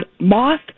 moth